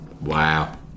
Wow